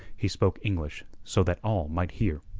he spoke english, so that all might hear.